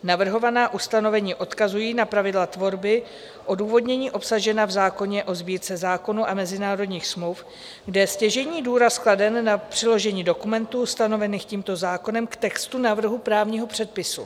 Navrhovaná ustanovení odkazují na pravidla tvorby odůvodnění obsažená v zákoně o Sbírce zákonů a mezinárodních smluv, kde je stěžejní důraz kladen na přiložení dokumentů ustanovených tímto zákonem k textu návrhu právního předpisu.